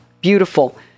Beautiful